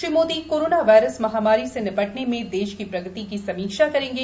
Shri Modi coronavirus महा मारी से निपटने में देश की प्रगति की समीक्षा करेंगे